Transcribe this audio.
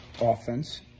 offense